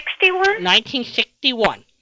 1961